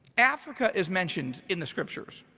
africa is mentioned in the scriptures.